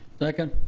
second.